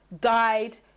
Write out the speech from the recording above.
died